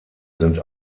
sind